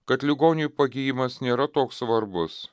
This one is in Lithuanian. kad ligoniui pagijimas nėra toks svarbus